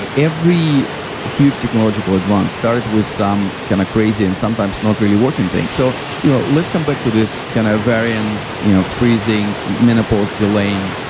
every huge technological advance started with some kind of crazy and sometimes not really working thing, so you know let's come back to this kind of variant, you know freezing, menopause delaying